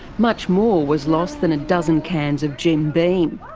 much more was lost than a dozen cans of jim beam.